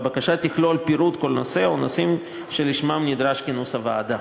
הבקשה תכלול פירוט של הנושא או הנושאים שלשמם נדרש כינוס הוועדה.